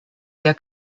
der